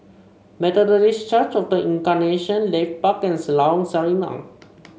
Methodist Church Of The Incarnation Leith Park and Lorong Sarina